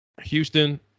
Houston